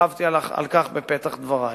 הרחבתי על כך בפתח דברי.